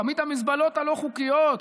כמות המזבלות הלא-חוקיות,